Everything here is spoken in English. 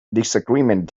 disagreement